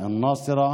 נצרת,